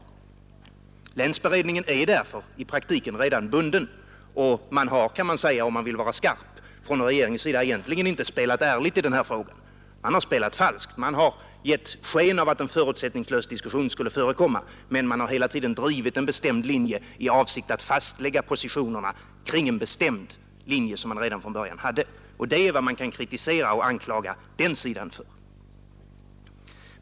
Länsberedningen är därför i praktiken redir bunden. Om man vill uttala sig skarpt, så'håt regetingen verkligen inte spelat ärligt i denna fråga. Den har spelåt falskt. Man har gett sken av att en förutsättningslös diskussion skulle förekomma, men man har hela tiden drivit en bestämd linje'i avsikt'att fastlägga positionerna kring en bestämd linje som mån 'hade tedan från början. Det är detta man kan kritisera och anklaga regeringen för.